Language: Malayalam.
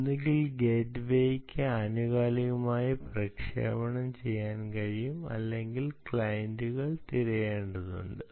ഒന്നുകിൽ ഗേറ്റ്വേയ്ക്ക് ആനുകാലികമായി പ്രക്ഷേപണം ചെയ്യാൻ കഴിയും അല്ലെങ്കിൽ ക്ലയന്റുകൾ തിരയേണ്ടതുണ്ട്